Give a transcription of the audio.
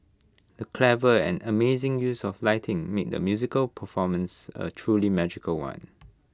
the clever and amazing use of lighting made the musical performance A truly magical one